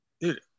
dude